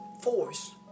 force